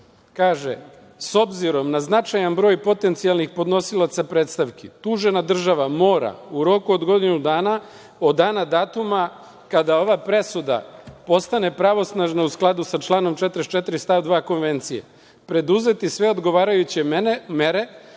„S obzirom na značajan broj potencijalnih podnosilaca predstavki, tužena država mora u roku od godinu dana od dana datuma kada ova presuda postane pravosnažna, u skladu sa članom 44. stav 2. Konvencije, preduzeti sve odgovarajuće mere